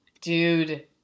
Dude